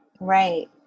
Right